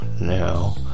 now